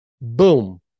boom